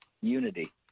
unity